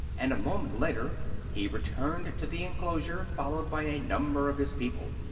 and a moment later he returned to the enclosure, followed by a number of his people.